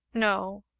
no,